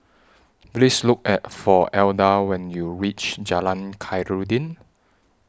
Please Look At For Alda when YOU REACH Jalan Khairuddin